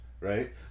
Right